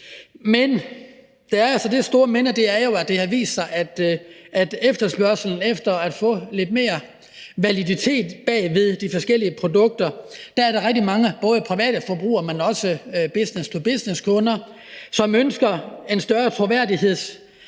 store »men«, at det har vist sig, at med efterspørgslen efter at få lidt mere validitet bag ved de forskellige produkter er der rigtig mange – både private forbrugere, men også business to business-kunder – som ønsker en større afvejning